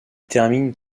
termine